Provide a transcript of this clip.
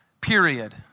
period